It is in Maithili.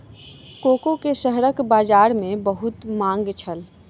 कोको के शहरक बजार में बहुत मांग छल